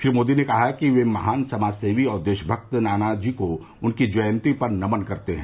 श्री मोदी ने कहा कि वे महान समाजसेवी और देशभक्त नानाजी को उनकी जयंती पर नमन करते हैं